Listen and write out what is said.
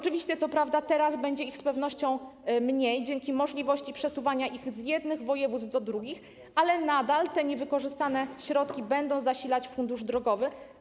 Co prawda teraz z pewnością będzie ich mniej dzięki możliwości przesuwania ich z jednych województw do drugich, ale nadal niewykorzystane środki będą zasilać fundusz drogowy.